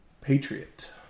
patriot